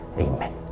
Amen